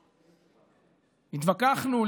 התווכחנו,